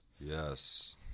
yes